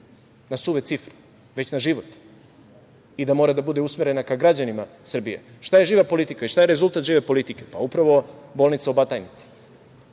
na suve cifre, već na život i da mora da bude usmerena ka građanima Republike Srbije. Šta je živa politika i šta je rezultat žive politike? Upravo bolnica u Batajnici,